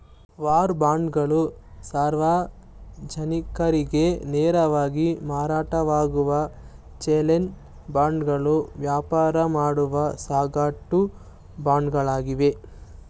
war ಬಾಂಡ್ಗಳು ಸಾರ್ವಜನಿಕರಿಗೆ ನೇರವಾಗಿ ಮಾರಾಟವಾಗುವ ಚಿಲ್ಲ್ರೆ ಬಾಂಡ್ಗಳು ವ್ಯಾಪಾರ ಮಾಡುವ ಸಗಟು ಬಾಂಡ್ಗಳಾಗಿವೆ